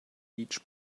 each